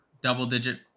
double-digit